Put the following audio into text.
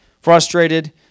frustrated